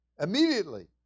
immediately